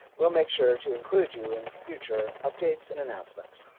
we'll make sure to include you in future updates and announcements.